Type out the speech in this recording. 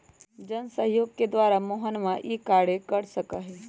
जनसहयोग के द्वारा मोहनवा ई कार्य कर सका हई